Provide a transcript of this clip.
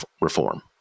reform